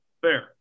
Fair